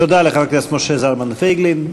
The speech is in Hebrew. תודה לחבר הכנסת משה זלמן פייגלין.